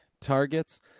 targets